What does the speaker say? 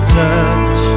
touch